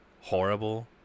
horrible